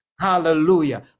Hallelujah